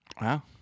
Wow